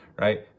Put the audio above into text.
right